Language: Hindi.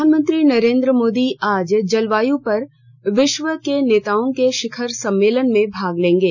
प्रधानमंत्री नरेंद्र मोदी आज जलवायू पर विश्व के नेताओं के शिखर सम्मेलन में भाग लेंगे